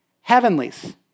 heavenlies